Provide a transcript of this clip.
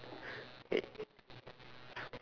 K